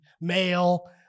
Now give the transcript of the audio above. male